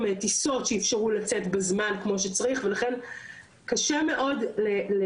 ולכן קשה מאוד להסתכל על ענף הסיעוד בהשוואה לענף הבניין,